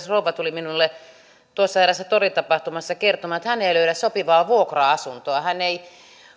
rouva tuli minulle eräässä toritapahtumassa kertomaan hän ei löydä sopivaa vuokra asuntoa hän ei